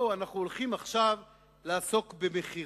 אנחנו הולכים עכשיו לעסוק במכירה.